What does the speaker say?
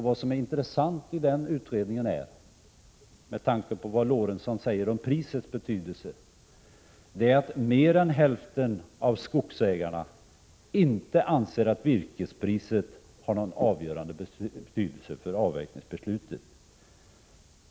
Vad som är intressant i den utredningen är, med tanke på vad Lorentzon säger om prisets betydelse, att mer än hälften av skogsägarna inte anser att virkespriset har någon avgörande betydelse för avverkningsbeslutet.